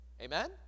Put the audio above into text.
Amen